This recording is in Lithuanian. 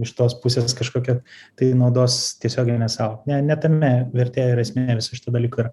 iš tos pusės kažkokią tai naudos tiesiogiai ne sau ne ne tame vertė ir esmė viso šito dalyko yra